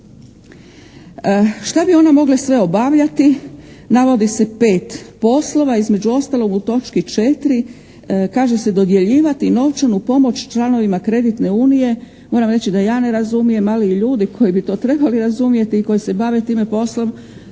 Šta bi one mogle sve obavljati? Navodi se 5 poslova, između ostalog u točki 4. kaže se: «Dodjeljivati novčanu pomoć članovima kreditne unije». Moram reći da ja ne razumijem, ali i ljudi koji bi to trebali razumjeti i koji se bave tim poslom